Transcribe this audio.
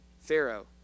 Pharaoh